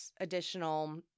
additional